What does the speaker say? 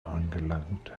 angelangt